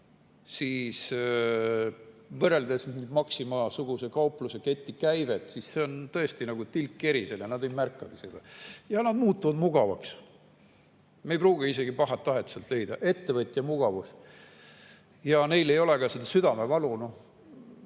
siis võrreldes [trahvi] Maxima-suguse kaupluseketi käibega on see tõesti nagu tilk kerisele, nad ei märkagi seda ja nad muutuvad mugavaks. Me ei pruugi isegi paha tahet sealt leida – on ettevõtja mugavus. Ja neil ei ole ka seda südamevalu,